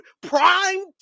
Prime